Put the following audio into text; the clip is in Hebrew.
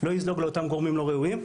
לא יזלוג לאותם גורמים לא ראויים.